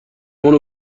اونو